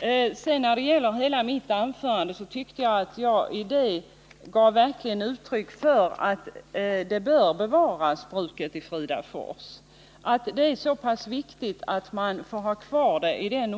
När det sedan gäller vad jag sade i mitt anförande tycker jag verkligen att jag där gav uttryck för åsikten att bruket i Fridafors bör bevaras och att det är särskilt viktigt.